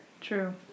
True